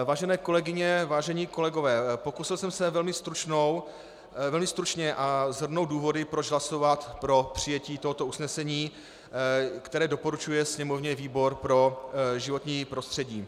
Vážené kolegyně, vážení kolegové, pokusil jsem se velmi stručně shrnout důvody, proč hlasovat pro přijetí tohoto usnesení, které doporučuje Sněmovně výbor pro životní prostředí.